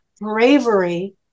bravery